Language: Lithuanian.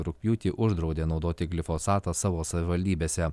rugpjūtį uždraudė naudoti glifosatą savo savivaldybėse